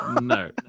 no